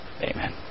amen